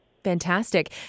Fantastic